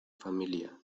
familia